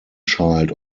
child